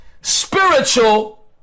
spiritual